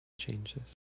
changes